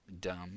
dumb